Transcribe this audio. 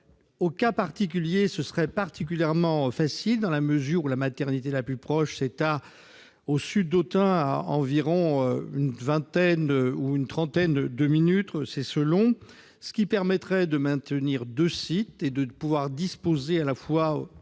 ce cas particulier, ce serait particulièrement facile, dans la mesure où la maternité la plus proche est située au sud d'Autun, à environ une vingtaine ou une trentaine de minutes, ce qui permettrait de maintenir deux sites et de disposer, du point